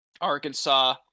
Arkansas